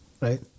right